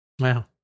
Wow